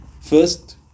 first